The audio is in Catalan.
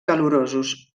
calorosos